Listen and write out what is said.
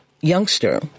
youngster